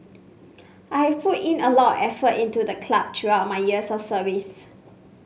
I have put in a lot effort into the club throughout my years of service